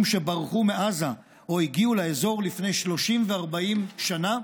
שברחו מעזה או הגיעו לאזור לפני 30 ו-40 שנה?